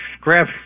grab